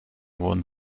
wurden